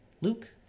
Luke